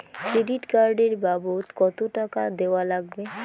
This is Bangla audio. ক্রেডিট কার্ড এর বাবদ কতো টাকা দেওয়া লাগবে?